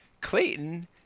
Clayton